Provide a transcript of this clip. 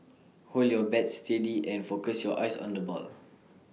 hold your bat steady and focus your eyes on the ball